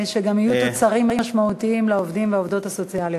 שגם יהיו תוצרים משמעותיים לעובדים ולעובדות הסוציאליים.